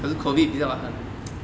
可是 COVID 比较很